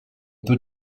peut